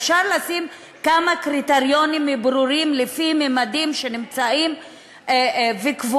אפשר לקבוע כמה קריטריונים ברורים לפי מדדים שנמצאים וקבועים,